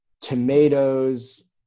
tomatoes